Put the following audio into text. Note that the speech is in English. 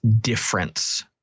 difference